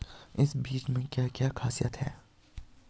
इन बीज में क्या क्या ख़ासियत है?